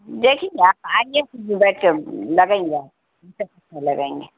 دیکھیں گے آپ آئیے پھر بیٹھ کے لگائیں گے لگائیں گے